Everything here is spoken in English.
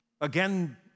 Again